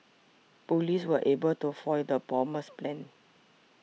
police were able to foil the bomber's plan